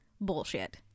Bullshit